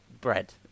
bread